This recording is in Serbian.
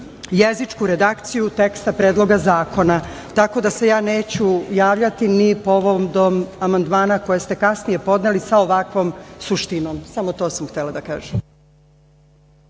jezičku redakciju teksta Predloga zakona, tako da se ja neću javljati ni povodom amandmana koje ste kasnije podneli sa ovakvom suštinom. Samo to sam htela da kažem.